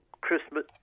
Christmas